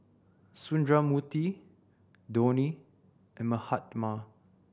Sundramoorthy Dhoni and Mahatma